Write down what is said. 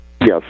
yes